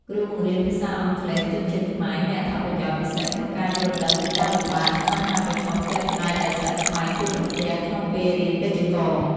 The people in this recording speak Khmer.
គ្រូបង្រៀនភាសាអង់គ្លេសជនជាតិខ្មែរមានអត្ថប្រយោជន៍ពិសេសក្នុងការយល់ដឹងពីការលំបាក និងបញ្ហាប្រឈមជាក់ស្តែងដែលសិស្សខ្មែរជួបប្រទះក្នុងពេលរៀនវេយ្យាករណ៍។